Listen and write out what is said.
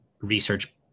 research